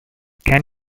can